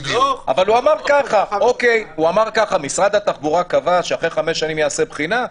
הוא אמר ככה: משרד התחבורה קבע שאחרי חמש שנים יעשה בחינה?